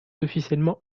officiellement